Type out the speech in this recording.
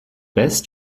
west